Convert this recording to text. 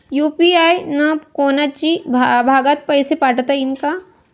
UPI न कोनच्याही भागात पैसे पाठवता येईन का?